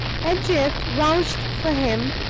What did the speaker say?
pedgift vouched for him,